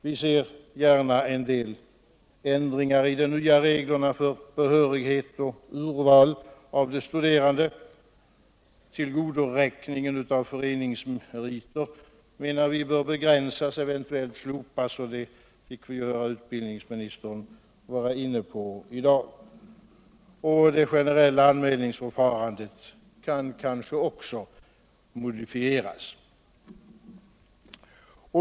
Vi ser gärna en del ändringar i de nya reglerna för behörighet och 24 maj 1978 urval av de studerande, och tillgodoräknandet av föreningsmeriter anser vi bör begränsas eller eventuellt slopas, vilket även utbildningsministern var inne på i dag. Det generella anmälningsförfarandet kanske också kan modifieras.